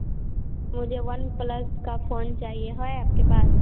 मुझे OnePlus का phone चाहिए है आपके पास